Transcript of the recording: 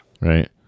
right